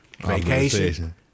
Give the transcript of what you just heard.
Vacation